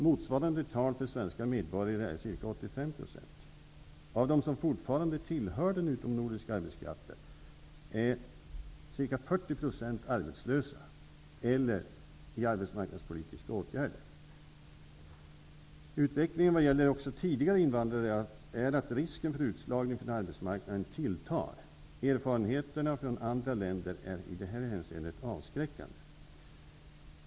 Motsvarande tal för svenska medborgare är ca 85 %. Av dem som fortfarande tillhör den utomnordiska arbetskraften är ca 40 % arbetslösa eller i arbetsmarknadspolitiska åtgärder. Utvecklingen när det också gäller tidigare invandrare innebär att risken för utslagning från arbetsmarknaden tilltar. Erfarenheterna från andra länder är i det här avseendet avskräckande.